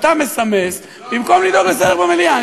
אתה מסמס במקום לדאוג לסדר במליאה.